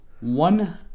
one